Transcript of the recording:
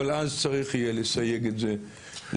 אבל אז צריך יהיה לסייג את זה לכך.